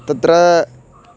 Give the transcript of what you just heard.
तत्र